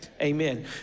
amen